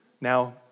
now